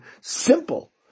simple